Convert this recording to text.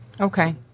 Okay